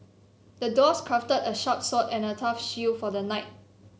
the dwarf crafted a sharp sword and a tough shield for the knight